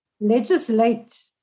legislate